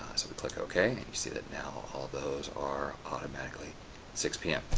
so we click ok and you see that now all those are automatically six pm,